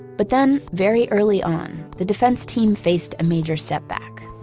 but then very early on, the defense team faced a major setback.